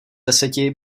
deseti